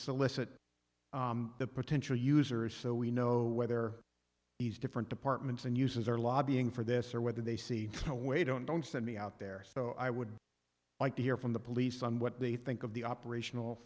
solicit the potential users so we know whether these different departments and users are lobbying for this or whether they see a way don't don't send me out there so i would like to hear from the police on what they think of the operational